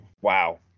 wow